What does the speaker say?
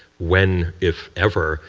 when, if ever,